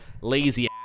lazy